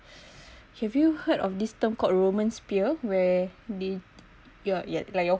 have you heard of this term called roman sphere where the your yet like your